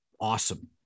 awesome